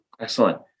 Excellent